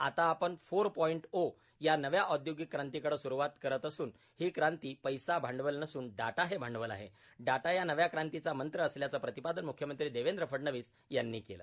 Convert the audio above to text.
आता आपण four point O या नव्या औद्योगिक क्रांतीकडे सुरुवात करत असून ही क्रांती पैसा भांडवल नसून डाटा हे भांडवल आहेण डाटा हा नव्या क्रांतीचा मंत्र असल्याचे प्रतिपादन मुख्यमंत्री देवेंद्र फडणवीस यांनी केले